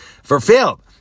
fulfilled